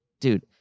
dude